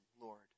Lord